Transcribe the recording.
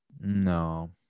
No